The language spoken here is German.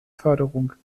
förderung